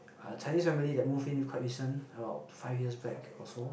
a Chinese family they move in quite recent about five years back also